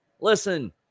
listen